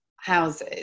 houses